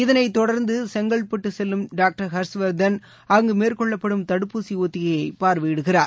இதனைத் தொடர்ந்து செங்கற்பட்டு செல்லும் டாக்டர் ஹர்ஷ்வர்தன் அங்கு மேற்கொள்ளப்படும் தடுப்பூசி ஒத்திகையை பார்வையிடுகிறார்